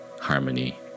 harmony